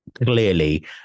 clearly